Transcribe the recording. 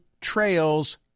trails